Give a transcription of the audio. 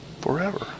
forever